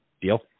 Deal